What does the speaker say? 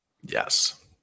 yes